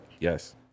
Yes